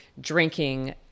drinking